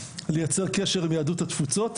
לייצר קשר עם יהדות התפוצות.